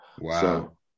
Wow